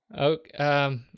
Okay